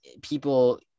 people